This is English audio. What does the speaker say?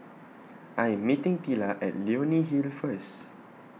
I Am meeting Tilla At Leonie Hill First